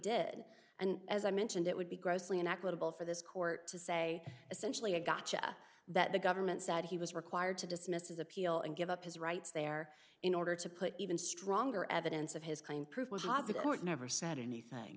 did and as i mentioned it would be grossly an equitable for this court to say essentially a gotcha that the government said he was required to dismiss his appeal and give up his rights there in order to put even stronger evidence of his